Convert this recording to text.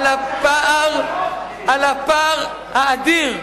לפער האדיר.